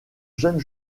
jeune